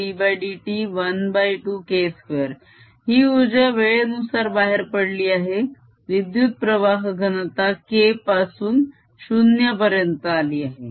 0ddt12K2 ही उर्जा वेळेनुसार बाहेर पडली आहे विद्युत प्रवाह घनता K पासून 0 पर्यंत आली आहे